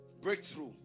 breakthrough